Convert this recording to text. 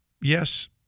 Yes